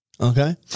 Okay